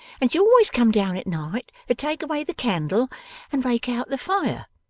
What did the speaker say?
and she always come down at night to take away the candle and rake out the fire.